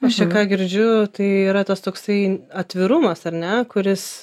aš čia ką girdžiu tai yra tas toksai atvirumas ar ne kuris